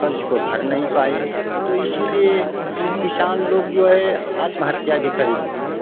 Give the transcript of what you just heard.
कर्ज को भर नहीं पाए तो इसीलिए हम किसान लोग जो है आत्महत्या भी कर लेते हैं